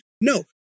No